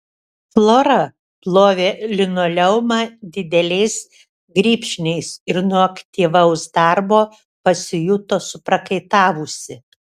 flora plovė linoleumą dideliais grybšniais ir nuo aktyvaus darbo pasijuto suprakaitavusi